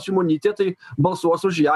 šimonytė tai balsuos už ją